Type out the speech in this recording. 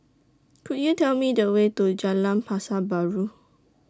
Could YOU Tell Me The Way to Jalan Pasar Baru